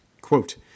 quote